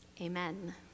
amen